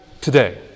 today